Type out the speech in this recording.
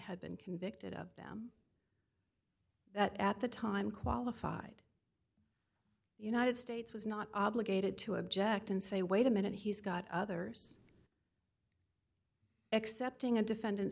had been convicted of them that at the time qualified united states was not obligated to object and say wait a minute he's got others excepting a defendant